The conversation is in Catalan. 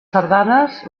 sardanes